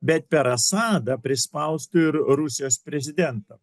bet per asadą prispaustų ir rusijos prezidentą